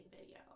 video